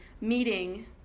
meeting